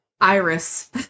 Iris